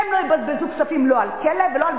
הם לא יבזבזו כספים לא על כלא ולא על